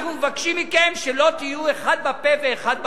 אנחנו מבקשים מכם שלא תהיו אחד בפה ואחד בלב.